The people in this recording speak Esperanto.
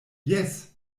jes